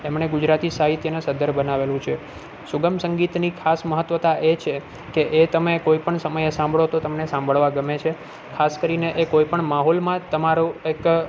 તેમણે ગુજરાતી સાહિત્યને સધ્ધર બનાવેલું છે સુગમ સંગીતની ખાસ મહત્ત્વતા એ છે કે એ તમે કોઈ પણ સમયે સાંભળો તો તમને સાંભળવા ગમે છે ખાસ કરીને એ કોઈ પણ માહોલમાં તમારો એક